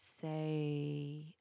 say